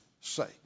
sake